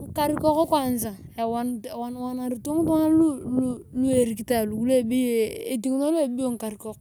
Ngikarikok kwansa ewaniwanarito ngitunga lu erikitoe lu obeyo ngikarikok